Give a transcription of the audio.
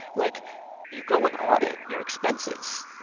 like you go and audit your expenses.